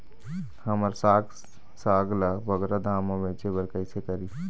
हमर साग साग ला बगरा दाम मा बेचे बर कइसे करी?